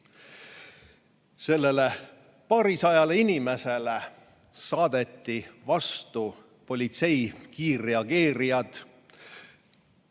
sellele paarisajale inimesele saadeti vastu politsei kiirreageerijad,